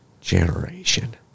generation